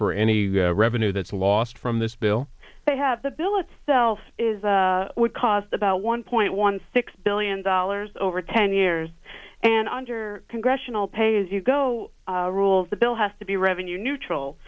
for any revenue that's lost from this bill they have the bill itself would cost about one point one six billion dollars over ten years and under congressional pay as you go rules the bill has to be revenue neutral